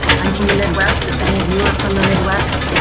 i'm from the midwest, if any of you are from the midwest,